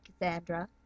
Cassandra